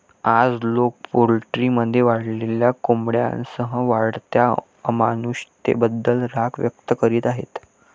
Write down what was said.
आज, लोक पोल्ट्रीमध्ये वाढलेल्या कोंबड्यांसह वाढत्या अमानुषतेबद्दल राग व्यक्त करीत आहेत